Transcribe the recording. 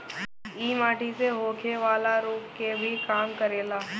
इ माटी से होखेवाला रोग के भी कम करेला